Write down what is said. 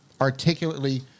articulately